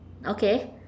okay